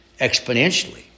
exponentially